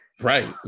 Right